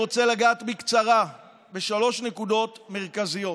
רוצה לגעת בקצרה בשלוש נקודות מרכזיות: